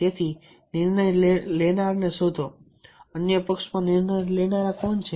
તેથી નિર્ણય લેનાર ને શોધો અન્ય પક્ષમાં નિર્ણય લેનારા કોણ છે